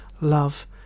love